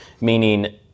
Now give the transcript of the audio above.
meaning